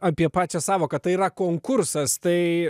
apie pačią sąvoką tai yra konkursas tai